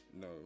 No